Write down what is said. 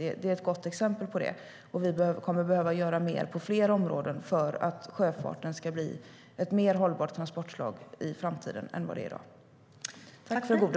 är ett gott exempel på det. Vi kommer att behöva göra mer på fler områden för att sjöfarten ska bli ett mer hållbart transportslag i framtiden än vad det är i dag.